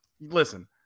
listen